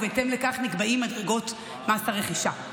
ובהתאם לכך נקבעות מדרגות מס הרכישה.